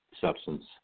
substance